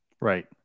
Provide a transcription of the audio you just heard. Right